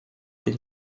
been